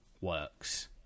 works